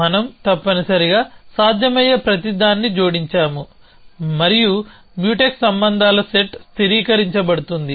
మనం తప్పనిసరిగా సాధ్యమయ్యే ప్రతిదాన్ని జోడించాము మరియు మ్యూటెక్స్ సంబంధాల సెట్ స్థిరీకరించబడుతుంది